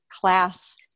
class